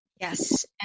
Yes